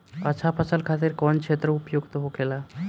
अच्छा फसल खातिर कौन क्षेत्र उपयुक्त होखेला?